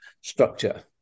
structure